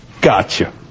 gotcha